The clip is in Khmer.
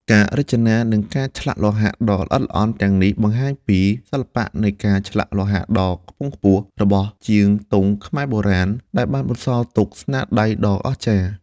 ការរចនា និងការឆ្លាក់លោហៈដ៏ល្អិតល្អន់ទាំងនេះ បង្ហាញពី សិល្បៈនៃការឆ្លាក់លោហៈដ៏ខ្ពង់ខ្ពស់ របស់ជាងទងខ្មែរបុរាណ ដែលបានបន្សល់ទុកស្នាដៃដ៏អស្ចារ្យ។